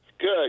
Good